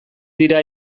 dira